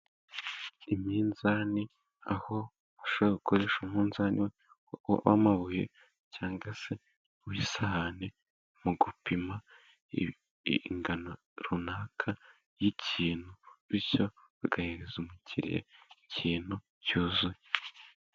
Iminzani, aho ushobora gukoresha umunzani w’amabuye cyangwa se uw’isahane mu gupima ingano runaka y’ikintu, bityo ugahereza umukiriya ikintu cyuzuye.